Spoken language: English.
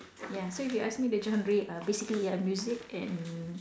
ya so if you ask me the genre uh basically music and